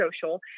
social